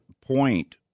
point